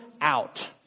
out